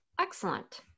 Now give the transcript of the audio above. Excellent